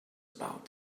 about